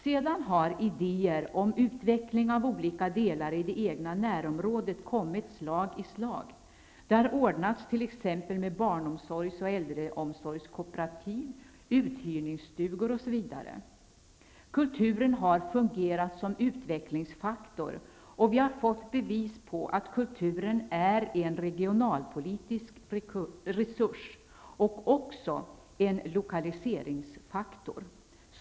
Sedan har idéer om utveckling av olika delar i det egna närområdet kommit slag i slag. Det har ordnats med t.ex. barnomsorgs och äldreomsorgskooperativ, uthyrningsstugor osv. Kulturen har fungerat som utvecklingsfaktor, och vi har fått bevis på att kulturen är en regionalpolitisk resurs och också en lokaliseringsfaktor.